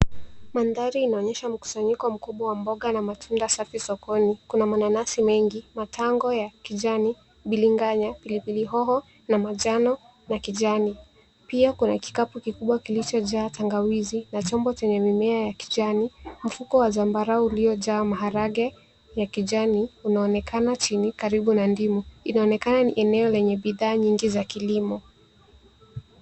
Mandhari inaonyesha mkusanyiko mkubwa wa mboga na matunda safi sokoni. Kuna mananasi mengi, matango ya kijani, bilinganya, pilipili hoho na manjano na kijani. Pia kuna kikapu kikubwa kilichojaa tangawizi na chombo chenye mimea ya kijani. Mfuko wa zambarau uliojaa maharage ya kijani unaonekana chini karibu na ndimu. Inaonekana ni eneo lenye bidhaa nyingi za kilimo.